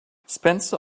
spencer